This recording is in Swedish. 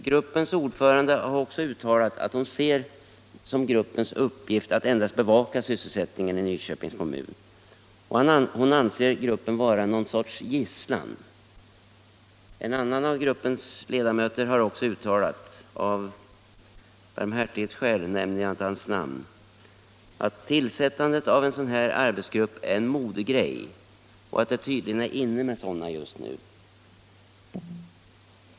Gruppens ordförande har uttalat att hon ser som gruppens uppgift att endast bevaka sysselsättningen i Nyköpings kommun och att hon anser gruppen vara någon sorts gisslan. En annan av gruppens ledamöter har också uttalat — av barmhärtighetsskäl nämner jag inte hans namn =— att tillsättandet av en sådan här arbetsgrupp är en modegrej och att det tydligen är inne med sådana just nu.